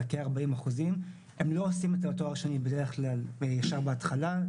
בערך 40%. הם לא עושים את התואר השני בדרך כלל ישר בהתחלה.